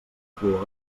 fluor